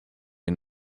and